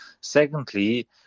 Secondly